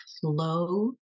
flow